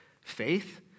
faith